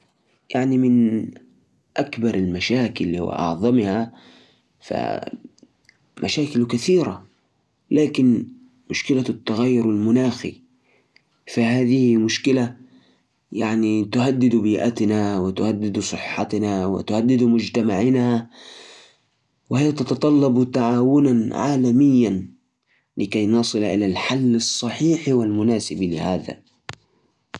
أكبر مشكلة تواجه العالم اليوم هي تغيير المناخ. هالمشكلة تأثرعلى البيئة وتسبب كوارث طبيعية وتزيد من الفقر والجوع في بعض المناطق. كمان، فيه قضايا مثل الفقر والحروب وعدم المساواة. بس تغيير المناخ يعتبر تحدي كبير يؤثر على الكل.